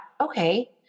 okay